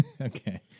Okay